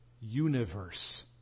universe